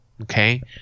Okay